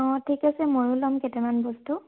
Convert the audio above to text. অঁ ঠিক আছে ময়োও ল'ম কেইটামান বস্তু